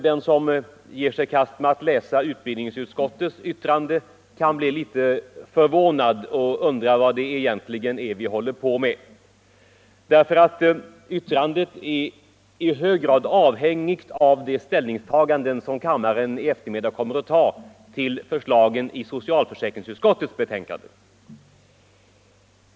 Den som ger sig i kast med att läsa utbildningsutskottets betänkande kan bli litet förvånad och undra vad vi egentligen håller på med. Betänkandet är nämligen i hög grad avhängigt av riksdagens ställningstaganden till socialförsäkringsutskottets betänkande.